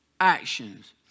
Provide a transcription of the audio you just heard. Actions